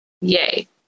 Yay